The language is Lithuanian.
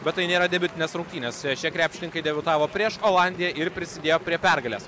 bet tai nėra debiutinės rungtynės šie krepšininkai debiutavo prieš olandiją ir prisidėjo prie pergalės